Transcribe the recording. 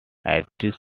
addis